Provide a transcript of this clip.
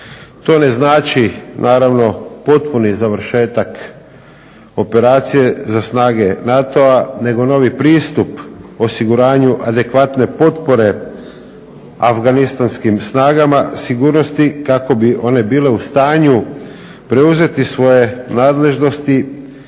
To ne znači naravno potpuni završetak operacije za snage NATO-a nego novi pristup osiguranju adekvatne potpore afganistanskih snagama sigurnosti kako bi one bile u stanju preuzeti svoje nadležnosti